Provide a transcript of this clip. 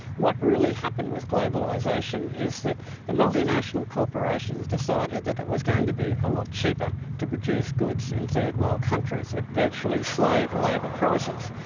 what really happened with globalisation is that the multinational corporations decided that it was going to be a lot cheaper to produce goods in third world countries, at virtually slave labour prices.